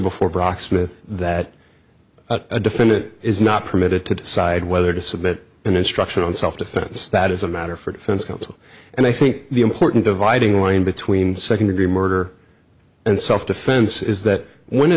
before brock smith that a defendant is not permitted to decide whether to submit an instruction on self defense that is a matter for defense counsel and i think the important dividing line between second degree murder and self defense is that when a